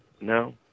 No